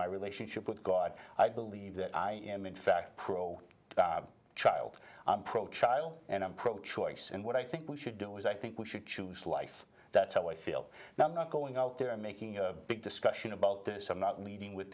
my relationship with god i believe that i am in fact pro bob child pro child and i'm pro choice in what i think we should do is i think we should choose life that's how i feel now i'm not going out there making a big discussion about this i'm not leading with